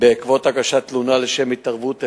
בעקבות הגשת תלונה, לשם התערבות אפקטיבית.